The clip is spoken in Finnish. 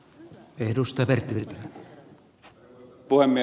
arvoisa puhemies